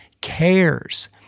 cares